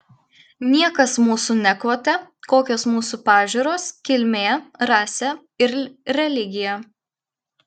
niekas mūsų nekvotė kokios mūsų pažiūros kilmė rasė ir religija